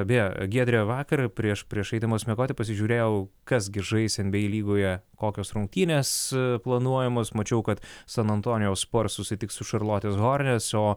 beje giedre vakar prieš prieš eidamas miegoti pasižiūrėjau kas gi žais en by ei lygoje kokios rungtynės planuojamos mačiau kad san antonijaus spurs susitiks su šarlotės hornes o